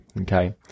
Okay